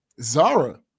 Zara